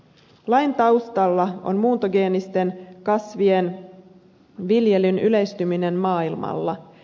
lain taustalla on muuntogeenisten kasvien viljelyn yleistyminen maailmalla